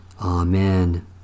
Amen